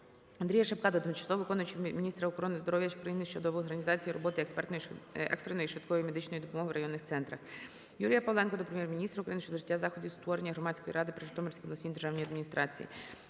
АндріяШипка до тимчасово виконуючої обов'язки міністра охорони здоров'я України щодо організації роботи екстреної (швидкої) медичної допомоги у районних центрах. Юрія Павленка до Прем'єр-міністра України щодо вжиття заходів з утворення громадської ради при Житомирській обласній державній адміністрації.